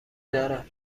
دارم